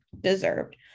deserved